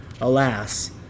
Alas